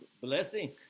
blessing